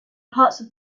parts